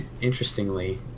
Interestingly